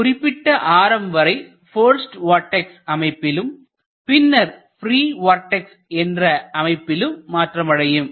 ஒரு குறிப்பிட்ட ஆரம் வரை போர்ஸ்ட் வார்டெக்ஸ் அமைப்பிலும் பின்னர் ப்ரீ வார்டெக்ஸ் என்ற அமைப்பிலும் மாற்றமடையும்